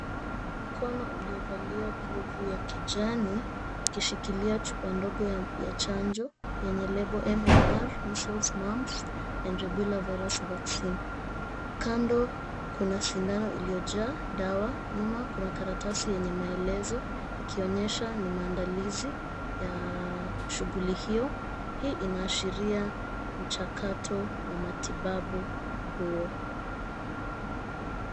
Mkono uliovalia glovu ya kijani ikishikilia chupa ndogo ya chanjo yenye lebo MMR Measles, Mumps and Rubella Vaccine . Kando kuna sindano iliyojaa dawa nyuma kuna karatasi yenye maelezo, ikionyesha ni maandalizi ya shughuli hiyo. Hii inaashiria mchakato wa matibabu huo.